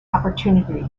opportunity